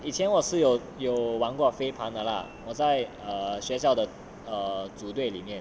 以前我室友有玩过飞盘的 lah 我在学校的 err 组队里面